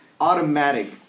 automatic